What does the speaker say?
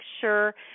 sure –